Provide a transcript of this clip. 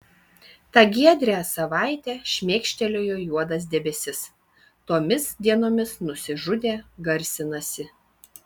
tą giedrią savaitę šmėkštelėjo juodas debesis tomis dienomis nusižudė garsinasi